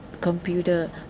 computer